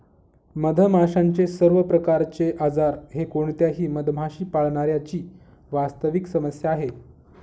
मधमाशांचे सर्व प्रकारचे आजार हे कोणत्याही मधमाशी पाळणाऱ्या ची वास्तविक समस्या आहे